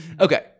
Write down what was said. Okay